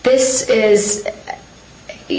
this is the